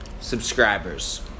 subscribers